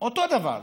אותו דבר,